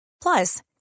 Plus